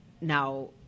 Now